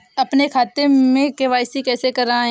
अपने खाते में के.वाई.सी कैसे कराएँ?